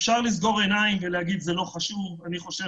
אפשר לסגור עיניים ולומר שזה לא חשוב אבל אני חושב